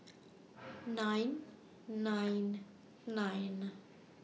nine nine nine